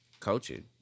Coaching